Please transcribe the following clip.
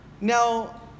now